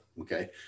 okay